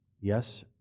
Yes